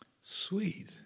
Sweet